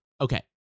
Okay